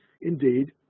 indeed